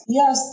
yes